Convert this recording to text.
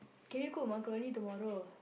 can you cook macaroni tomorrow